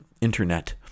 internet